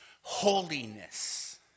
holiness